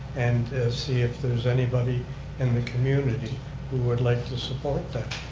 and see if there's anybody in the community who would like to support that?